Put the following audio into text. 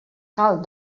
cal